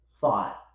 thought